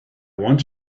want